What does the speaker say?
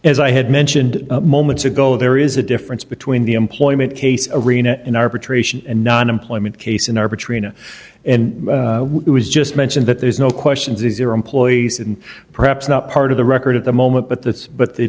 as i had mentioned moments ago there is a difference between the employment case arena an arbitration and non employment case in arbitrariness and it was just mentioned that there is no question zero employees and perhaps not part of the record at the moment but that's but the